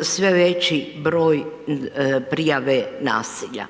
sve veći broj prijave nasilja.